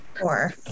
Four